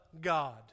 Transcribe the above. God